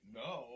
no